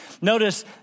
Notice